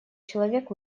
человек